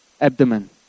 abdomen